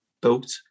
boat